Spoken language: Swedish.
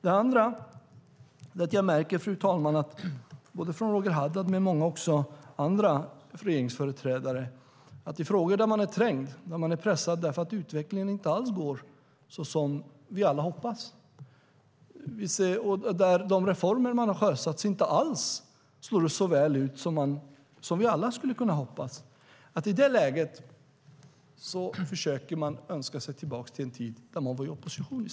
Det andra är att jag, fru talman, märker att Roger Haddad men också många andra regeringsföreträdare i frågor där man är trängd, där man är pressad, därför att utvecklingen inte alls går så som vi alla hoppas - vi ser att de reformer som sjösatts inte alls faller så väl ut som vi alla skulle kunna hoppas - försöker önska sig tillbaka till den tid då man var i opposition.